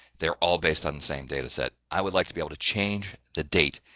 they're all based on the same data set. i would like to be able to change the date,